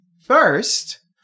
first